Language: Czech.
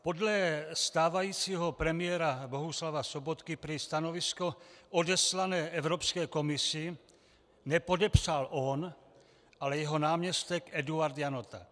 Podle stávajícího premiéra Bohuslava Sobotky prý stanovisko odeslané Evropské komisi nepodepsal on, ale jeho náměstek Eduard Janota.